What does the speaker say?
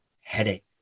headache